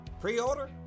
Pre-order